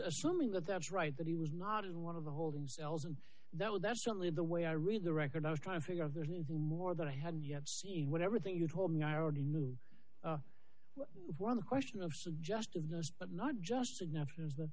assuming that that's right that he was not is one of the holding cells and though that's certainly the way i read the record i was trying to figure if there's anything more that i hadn't yet what everything you told me i already knew we were on the question of suggestiveness but not just significance